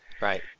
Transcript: Right